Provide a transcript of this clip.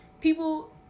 people